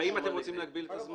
האם אתם רוצים להגביל את הזמן?